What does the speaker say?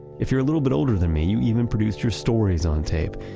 if you're a little bit older than me, you even produced your stories on tape.